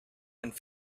and